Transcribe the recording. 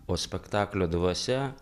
o spektaklio dvasia